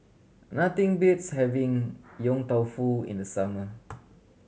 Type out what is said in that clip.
nothing beats having Yong Tau Foo in the summer